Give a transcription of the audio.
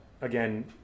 again